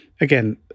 again